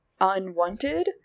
unwanted